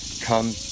come